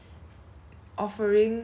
so it's like you know they sell bread right